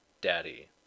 daddy